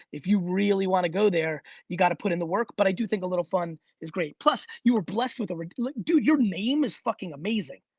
if you really wanna go there, you got to put in the work. but i do think a little fun is great. plus, you were blessed with a. like dude, your name is fucking amazing.